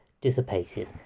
dissipated